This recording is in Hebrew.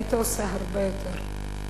היית עושה הרבה יותר.